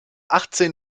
achtzehn